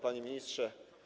Panie Ministrze!